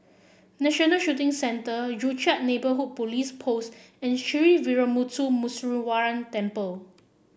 National Shooting Centre Joo Chiat Neighbourhood Police Post and Sree Veeramuthu Muneeswaran Temple